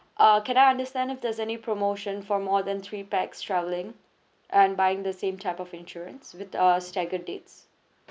uh can I understand if there's any promotion for more than three pax travelling and buying the same type of insurance with uh staggered dates